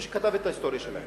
מי שכתב את ההיסטוריה שלהם.